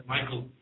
Michael